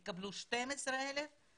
הם יקבלו 12,000 שקלים,